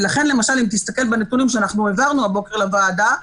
ולכן למשל אם תסתכל בנתונים שהעברנו הבוקר לוועדה,